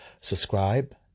subscribe